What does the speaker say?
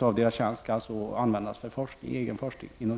av tjänsten skall användas för egen forskning.